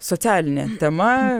socialinė tema